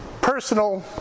personal